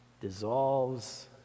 dissolves